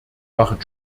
waren